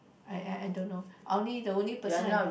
I I I don't know only the only person I